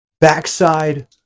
backside